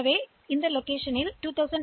எனவே ஸ்டோர் குவிப்பான் 2210 எச்